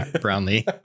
Brownlee